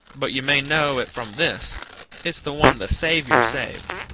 but you may know it from this it's the one the saviour saved.